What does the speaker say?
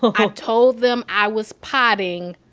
so ah told them i was podding.